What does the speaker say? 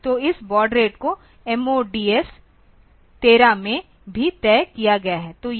तो इन baud rate को MODs 13 में भी तय किया गया है तो यह